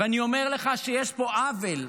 ואני אומר לך שיש פה עוול,